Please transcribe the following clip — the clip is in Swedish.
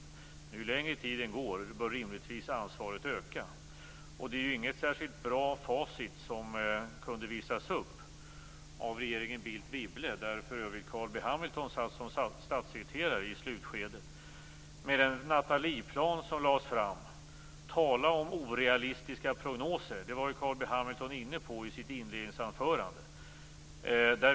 Men ju längre tiden går bör rimligtvis ansvaret öka. Det är inget särskilt bra facit som kunde visas upp av regeringen Bildt Wibble, där för övrigt Carl B Hamilton satt som statssekreterare i slutskedet. Det lades fram en Nathalieplan. Tala om orealistiska prognoser! Det var ju Carl B Hamilton inne på i sitt inledningsanförande.